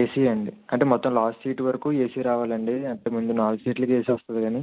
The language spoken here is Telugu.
ఏసీ అండి అంటే మొత్తం లాస్ట్ సీట్ వరకు ఏసీ రావాలండి అంటే ముందు నాలుగు సీట్లకే ఏసీ వస్తుంది కానీ